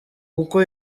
kuko